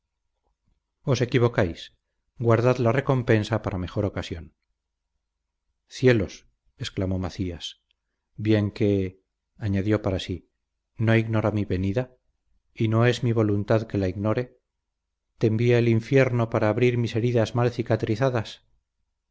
os equivocáis guardad la recompensa para mejor ocasión cielos exclamó macías bien que añadió para sí no ignora mi venida y no es mi voluntad que la ignore te envía el infierno para abrir mis heridas mal cicatrizadas